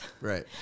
Right